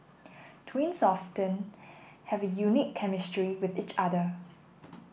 twins often have a unique chemistry with each other